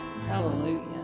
Hallelujah